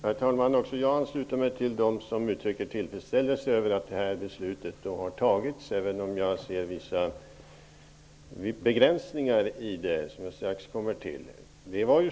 Herr talman! Också jag ansluter mig till dem som uttrycker tillfredsställelse över att det här beslutet har fattats, även om jag ser vissa begränsningar i det, som jag strax kommer till.